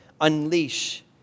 unleash